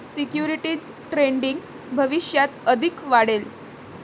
securities trading भविष्यात अधिक वाढेल